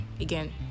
again